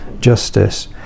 justice